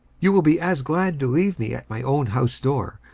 you will be as glad to leave me at my own house-door,